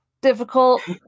difficult